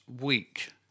week